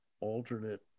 alternate